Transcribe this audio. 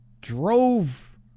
drove